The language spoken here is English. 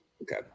Okay